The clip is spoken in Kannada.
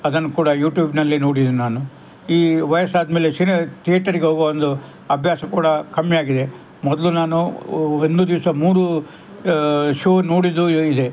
ಅದನ್ನು ಕೂಡ ಯೂಟ್ಯೂಬಿನಲ್ಲಿ ನೋಡಿದೆ ನಾನು ಈ ವಯಸ್ಸಾದಮೇಲೆ ಸಿನಿ ಥಿಯೇಟರಿಗೆ ಹೋಗುವ ಒಂದು ಅಭ್ಯಾಸ ಕೂಡ ಕಮ್ಮಿಯಾಗಿದೆ ಮೊದಲು ನಾನು ಒಂದು ದಿವಸ ಮೂರು ಶೋ ನೋಡಿದ್ದು ಇದೆ